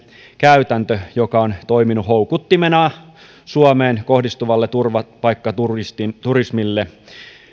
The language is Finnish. käytäntö joka on toiminut houkuttimena suomeen kohdistuvalle turvapaikkaturismille